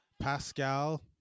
Pascal